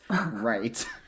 right